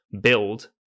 build